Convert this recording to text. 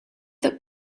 that